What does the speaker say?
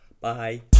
bye